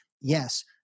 yes